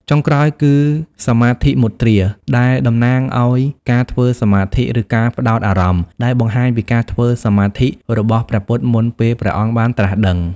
ចុងក្រោយគឺ សមាធិមុទ្រា ដែលតំណាងឱ្យការធ្វើសមាធិ ឬ ការផ្ដោតអារម្មណ៍ ដែលបង្ហាញពីការធ្វើសមាធិរបស់ព្រះពុទ្ធមុនពេលព្រះអង្គបានត្រាស់ដឹង។